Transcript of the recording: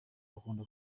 akunda